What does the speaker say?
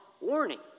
warning